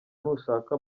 nushaka